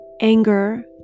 anger